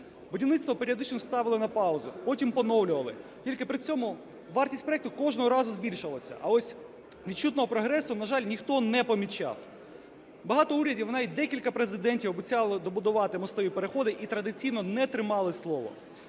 Будівництво періодично ставили на паузу, потім поновлювали. Тільки про цьому вартість проекту кожного разу збільшувалася, а ось відчутного прогресу, на жаль, ніхто не помічав. Багато урядів і навіть декілька президентів обіцяли добудувати мостові переходи і традиційно не тримали слово.